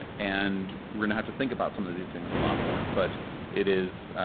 and we're gonna have to think about some of these things a lot more. but it is